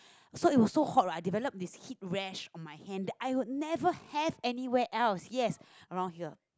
so it was so hot right I develop this heat rash on my hand that I would never have anywhere else yes around here